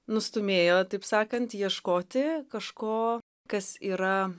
nustūmėjo taip sakant ieškoti kažko kas yra